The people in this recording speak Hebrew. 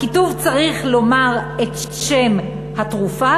הכיתוב צריך לומר את שם התרופה,